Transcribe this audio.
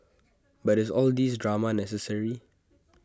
but is all these drama necessary